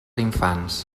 infants